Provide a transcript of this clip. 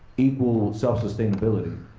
equal self-sustainability.